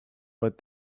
but